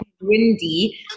Windy